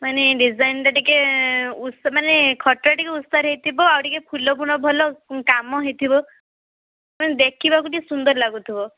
ମାନେ ଡିଜାଇନ୍ଟା ଟିକେ ମାନେ ଖଟଟା ଟିକେ ଓସାର ହେଇଥିବ ଆଉ ଟିକେ ଫୁଲ ଫୁଲ ଭଲ କାମହେଇଥିବ ମାନେ ଦେଖିବାକୁ ଟିକେ ସୁନ୍ଦର ଲାଗୁଥିବ